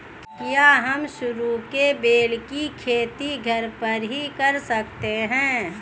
क्या हम सरू के बेल की खेती घर पर ही कर सकते हैं?